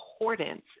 importance